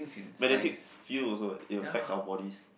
magnetic field also eh it affects our bodies